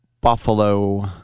Buffalo